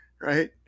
right